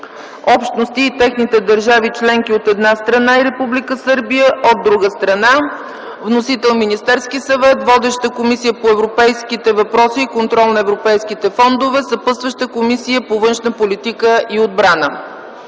общности и техните държави членки, от една страна, и Република Сърбия, от друга страна. Вносител е Министерският съвет. Водеща е Комисията по европейските въпроси и контрол на европейските фондове. Съпътстваща е Комисията по външна политика и отбрана.